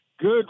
Good